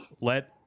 let